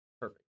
Perfect